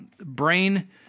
brain